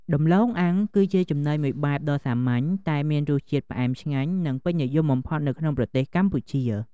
ដំឡូងអាំង គឺជាចំណីមួយបែបដ៏សាមញ្ញ តែមានរសជាតិផ្អែមឆ្ងាញ់ និងពេញនិយមបំផុតនៅក្នុងប្រទេសកម្ពុជា។